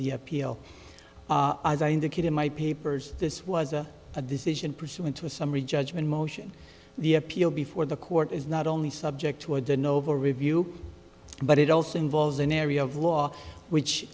the appeal as i indicated my papers this was a decision pursuant to a summary judgment motion the appeal before the court is not only subject to a de novo review but it also involves an area of law which